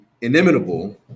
inimitable